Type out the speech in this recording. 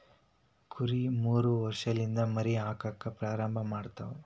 ಕುರಿ ಮೂರ ವರ್ಷಲಿಂದ ಮರಿ ಹಾಕಾಕ ಪ್ರಾರಂಭ ಮಾಡತಾವ